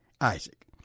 Isaac